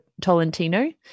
Tolentino